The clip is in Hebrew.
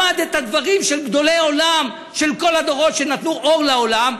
למד את הדברים של גדולי עולם של כל הדורות שנתנו אור לעולם.